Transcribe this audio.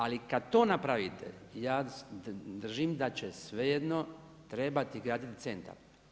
Ali kad to napravite ja držim da će svejedno trebati graditi centar.